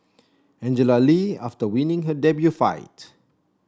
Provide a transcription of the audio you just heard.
Angela Lee after winning her debut fight